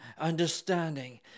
understanding